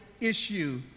issue